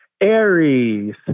Aries